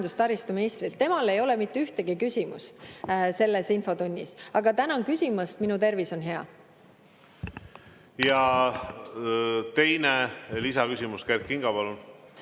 ja taristuministrilt. Temale ei ole mitte ühtegi küsimust selles infotunnis. Aga tänan küsimast, minu tervis on hea. Teine lisaküsimus. Kert Kingo, palun!